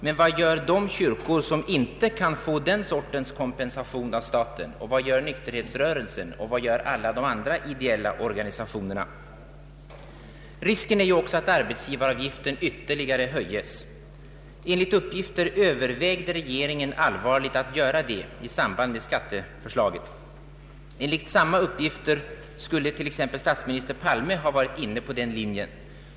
Men vad gör de kyrkor som inte kan få en sådan kompensation av staten, och vad gör nykterhetsrörelsen och alla de övriga ideella organisationerna? Risken är ju också att arbetsgivaravgiften ytterligare höjes. Enligt uppgifter övervägde regeringen allvarligt att göra det i samband med skatteförslaget. Enligt samma uppgifter skulle t.ex. statsminister Palme ha varit inne på den linjen.